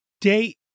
date